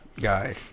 Guy